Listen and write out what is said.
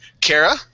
Kara